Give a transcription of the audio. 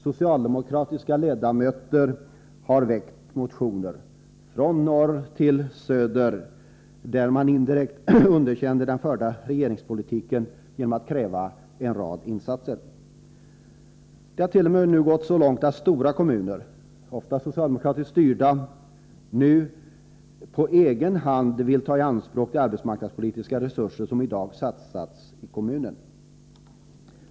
Socialdemokratiska ledamöter från norr till söder har väckt motioner där de indirekt underkänner den förda regeringspolitiken genom att kräva en rad insatser. Det har t. 0. m. gått så långt att stora kommuner — ofta socialdemokratiskt styrda — nu på egen hand vill ta i anspråk de arbetsmarknadspolitiska resurser som i dag satsas i kommunen.